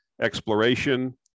exploration